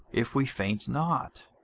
if we faint not.